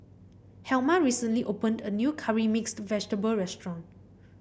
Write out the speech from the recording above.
helma recently opened a new Curry Mixed Vegetable restaurant